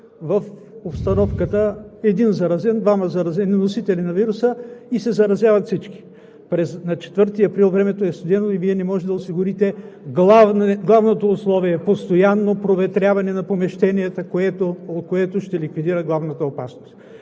в обстановката – един заразен, двама заразени носители на вируса и се заразяват всички. На 4 април времето е студено и Вие не можете да осигурите главното условие – постоянно проветряване на помещенията, което ще ликвидира главната опасност.